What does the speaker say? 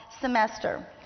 semester